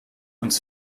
uns